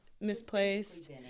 misplaced